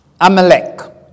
Amalek